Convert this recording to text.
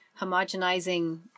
homogenizing